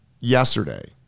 yesterday